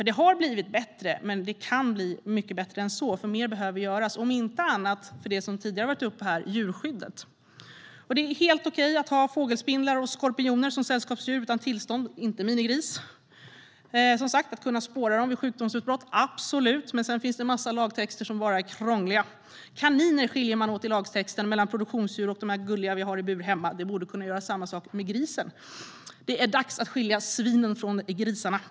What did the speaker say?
Det har blivit bättre, men det kan bli mycket bättre än så. Mer behöver göras, om inte annat så för djurskyddet, som har varit uppe här tidigare. Det är helt okej att utan tillstånd ha fågelspindlar och skorpioner som sällskapsdjur - men inte minigris. Att kunna spåra grisarna vid sjukdomsutbrott, javisst, men sedan finns det en massa lagtexter som bara är krångliga! För kaniner skiljer man i lagtexten på produktionsdjur och de gulliga vi har i bur hemma. Vi borde kunna göra samma sak med grisen. Det är dags att skilja svinen från grisarna!